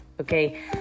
okay